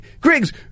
griggs